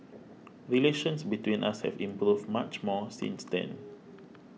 relations between us have improved much more since then